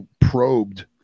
probed